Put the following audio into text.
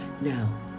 Now